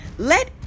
Let